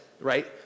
right